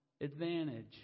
advantage